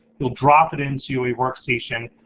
you'll drop it into a workstation,